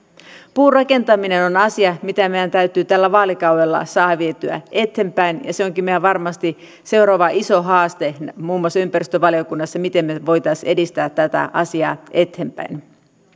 puurakentaminen on asia mitä meidän täytyy tällä vaalikaudella saada vietyä eteenpäin se onkin varmasti meidän seuraava iso haaste muun muassa ympäristövaliokunnassa miten me voisimme edistää tätä asiaa eteenpäin